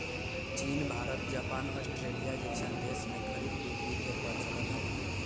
चीन Bharat Japan Australia जइसन देश में खरीद बिक्री के परचलन हई